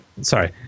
Sorry